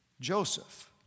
Joseph